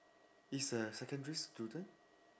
it's a secondary student